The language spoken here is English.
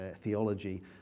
theology